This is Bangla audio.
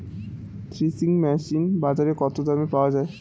থ্রেসিং মেশিন বাজারে কত দামে পাওয়া যায়?